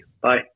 bye